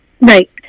Right